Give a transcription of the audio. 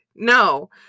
No